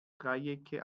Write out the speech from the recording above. dreiecke